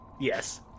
Yes